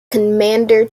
commander